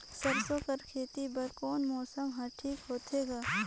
सरसो कर खेती बर कोन मौसम हर ठीक होथे ग?